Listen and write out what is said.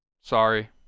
sorry